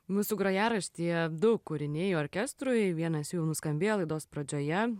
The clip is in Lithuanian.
mūsų grojaraštyje du kūriniai orkestrui vienas jų nuskambėjo laidos pradžioje